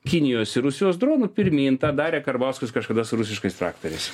kinijos rusijos dronų pirmyn tą darė karbauskis kažkada su rusiškais traktoriais